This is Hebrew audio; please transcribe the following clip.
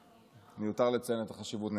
נראה לי שמיותר לציין את החשיבות.